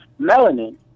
melanin